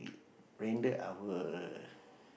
render our